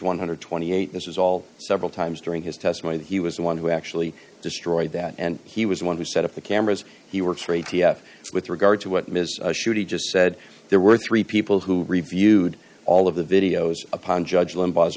one hundred and twenty eight this is all several times during his testimony that he was the one who actually destroyed that and he was one who set up the cameras he works for a t f with regard to what ms shooty just said there were three people who reviewed all of the videos upon judge limbaugh's